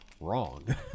wrong